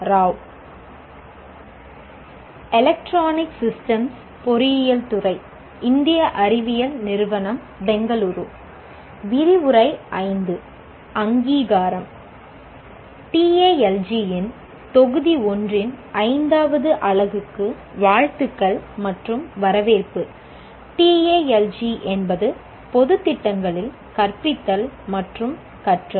TALG இன் தொகுதி 1 இன் 5 வது அலகுக்கு வாழ்த்துக்கள் மற்றும் வரவேற்பு TALG என்பது பொது திட்டங்களில் கற்பித்தல் மற்றும் கற்றல்